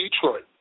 Detroit